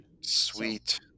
Sweet